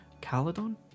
Caledon